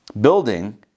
building